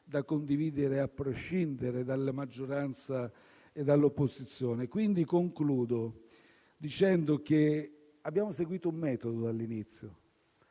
da condividere, a prescindere dalla maggioranza e dall'opposizione. Mi avvio pertanto alla conclusione dicendo che abbiamo seguito un metodo dall'inizio.